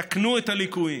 תקנו את הליקויים.